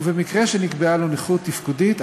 ובמקרה שנקבעה לו נכות תפקודית,